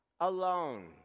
alone